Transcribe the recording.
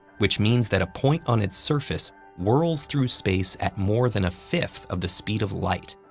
which means that a point on its surface whirls through space at more than a fifth of the speed of light.